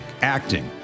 acting